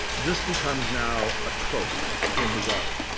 this becomes, now, a trope in his art.